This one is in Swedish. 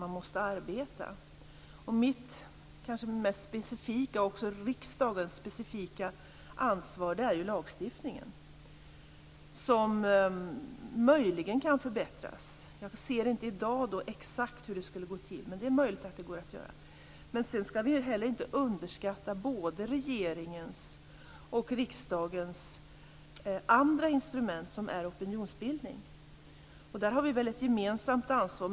Mitt och kanske också riksdagens specifika ansvar är ju lagstiftningen, som möjligen kan förbättras. Jag ser inte i dag exakt hur det skulle gå till, men det är möjligt att det går att göra. Men vi skall heller inte underskatta regeringens och riksdagens andra instrument, som är opinionsbildning. Där har vi ett gemensamt ansvar.